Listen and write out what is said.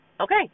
Okay